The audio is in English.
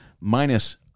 minus